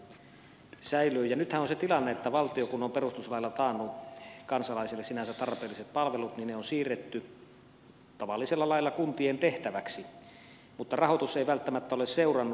nythän on se tilanne että kun valtio on perustuslailla taannut kansalaisille sinänsä tarpeelliset palvelut niin ne on siirretty tavallisella lailla kuntien tehtäväksi mutta rahoitus ei välttämättä ole seurannut